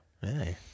Hey